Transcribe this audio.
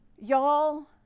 y'all